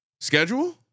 Schedule